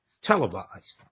televised